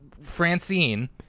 Francine